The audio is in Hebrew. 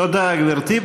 תודה, גברתי.